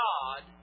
God